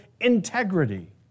integrity